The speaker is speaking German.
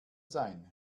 sein